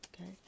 Okay